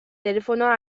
telefonoa